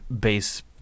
base